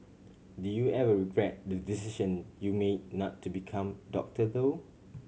do you ever regret the decision you made not to become doctor though